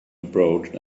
approached